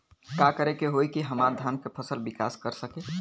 का करे होई की हमार धान के फसल विकास कर सके?